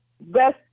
best